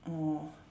orh